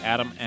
Adam